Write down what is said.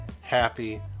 happy